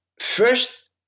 First